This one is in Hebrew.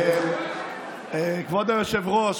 כבוד היושב-ראש,